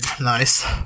Nice